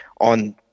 on